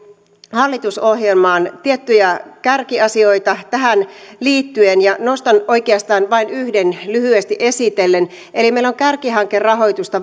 hallitusohjelmaan tiettyjä kärkiasioita tähän liittyen ja nostan oikeastaan vain yhden lyhyesti esitellen eli meillä on kärkihankerahoitusta